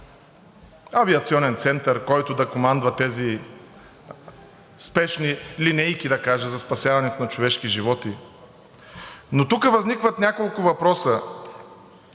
авиационен център, който да командва тези спешни линейки, да кажа, за спасяването на човешки животи. Но тук възникват няколко въпроса